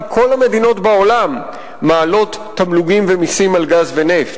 כי כל המדינות בעולם מעלות תמלוגים ומסים על גז ונפט.